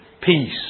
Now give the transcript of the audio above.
Peace